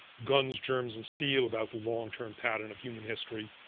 guns, germs, and steel, about the long-term pattern of human history,